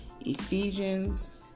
Ephesians